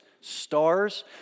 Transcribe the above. stars